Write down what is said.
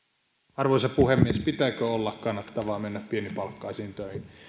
arvoisa puhemies pitääkö olla kannattavaa mennä pienipalkkaisiin töihin